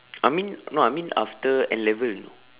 I mean no I mean after N-level